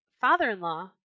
Father-in-law